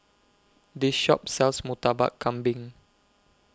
This Shop sells Murtabak Kambing